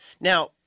Now